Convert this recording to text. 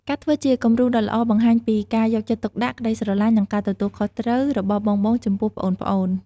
ការធ្វើជាគំរូដ៏ល្អបង្ហាញពី ការយកចិត្តទុកដាក់ ក្ដីស្រឡាញ់ និងការទទួលខុសត្រូវ របស់បងៗចំពោះប្អូនៗ ។